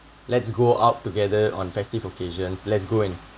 let's go out together on festive occasions let's go and